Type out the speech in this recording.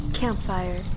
Campfire